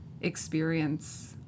experience